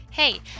Hey